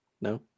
No